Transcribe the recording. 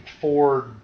Ford